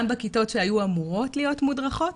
גם בכיתות שהיו אמורות להיות מודרכות,